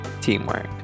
teamwork